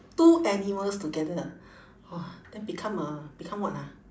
two animals together ah !wah! then become a become what ah